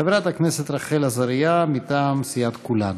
חברת הכנסת רחל עזריה, מטעם סיעת כולנו.